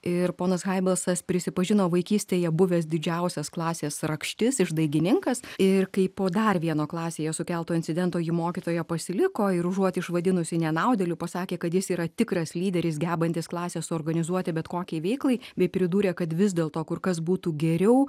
ir ponas hari balsas prisipažino vaikystėje buvęs didžiausias klasės rakštis išdaigininkas ir kai po dar vieno klasėje sukelto incidento ji mokytoja pasiliko ir užuot išvadinusi nenaudėliu pasakė kad jis yra tikras lyderis gebantis klasę suorganizuoti bet kokiai veiklai bei pridūrė kad vis dėlto kur kas būtų geriau